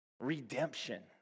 Redemption